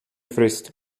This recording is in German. frist